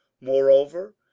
moreover